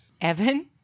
Evan